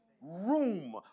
room